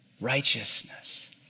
righteousness